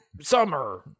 summer